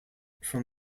from